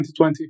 2020